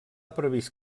previst